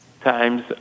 times